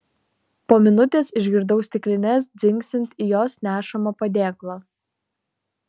po minutės išgirdau stiklines dzingsint į jos nešamą padėklą